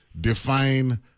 define